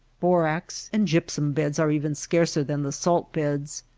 borax and gypsum beds are even scarcer than the salt-beds.